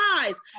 eyes